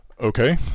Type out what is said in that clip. Okay